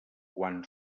quan